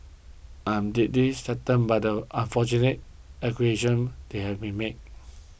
i am deeply saddened by the unfortunate allegations they have been made